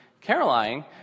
Caroline